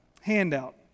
handout